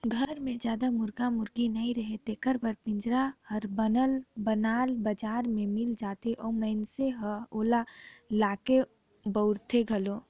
घर मे जादा मुरगा मुरगी नइ रहें तेखर बर पिंजरा हर बनल बुनाल बजार में मिल जाथे अउ मइनसे ह ओला लाके बउरथे घलो